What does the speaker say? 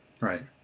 Right